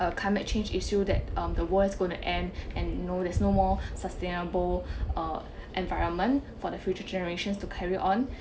uh the climate change issue that um the worst going to end and no there's no more sustainable uh environment for the future generations to carry on